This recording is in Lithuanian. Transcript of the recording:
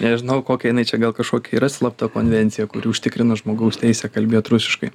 nežinau kokia jinai čia gal kažkokia yra slapta konvencija kuri užtikrina žmogaus teisę kalbėt rusiškai